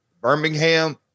Birmingham